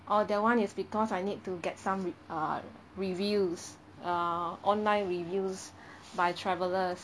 orh that [one] is because I need to get some re~ err reviews err online reviews by travellers